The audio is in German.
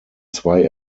zwei